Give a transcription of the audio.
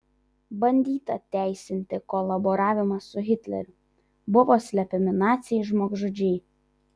bandyta teisinti kolaboravimą su hitleriu buvo slepiami naciai žmogžudžiai